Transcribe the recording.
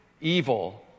evil